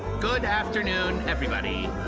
good afternoon, everybody!